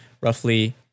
Roughly